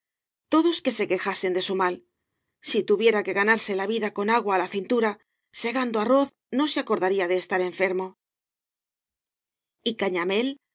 todos que se que jasen de su malí si tuviera que ganarse la vida con agua á la cintura segando arroz no se acordari de estar enfermo y cañamél